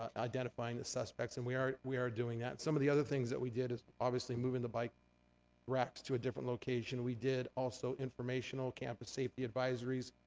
ah identifying the suspects, and we are we are doing that. some of the other things that we did is, obviously, moving the bike racks to a different location. we did, also, informational campus safety advisories,